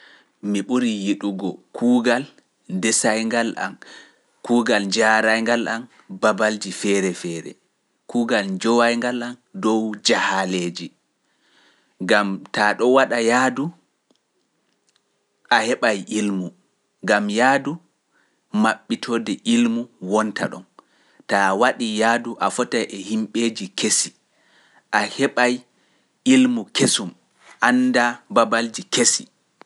Mi ɓuri yiɗugo kuugal desayngal am, kuugal jaarayngal am, babalji feere feere, kuugal njowayngal am dow jahaleeji, gam taa ɗo waɗa yaadu a heɓay ilmu, gam yaadu maɓɓitoode ilmu wonta ɗon, taa waɗi yaadu a fota eɓeji kesi, a heɓay ilmu kesum anda babalji kesi.